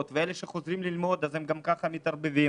ואלה שחוזרים ללמוד גם ככה מתערבבים.